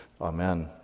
Amen